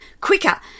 quicker